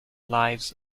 lives